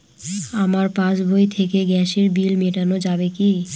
আমার পাসবই থেকে গ্যাসের বিল মেটানো যাবে কি?